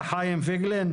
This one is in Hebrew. הסגן.